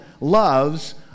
loves